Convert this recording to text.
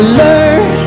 learn